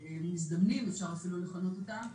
מזדמנים, כך אפשר אפילו לכנות אותם,